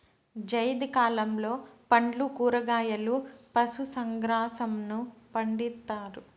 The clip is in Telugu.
జైద్ కాలంలో పండ్లు, కూరగాయలు, పశు గ్రాసంను పండిత్తారు